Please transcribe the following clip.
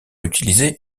utilisé